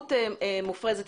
במהירות מופרזת,